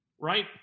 right